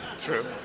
True